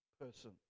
person